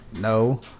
No